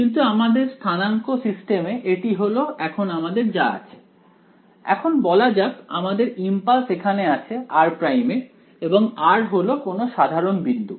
কিন্তু আমাদের স্থানাঙ্ক সিস্টেমে এটি হলো এখন আমাদের যা আছে এখন বলা যাক আমাদের ইমপালস এখানে আছে r' এ এবং r হল কোন সাধারণ বিন্দু